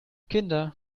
kinder